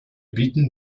bieten